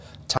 time